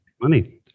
money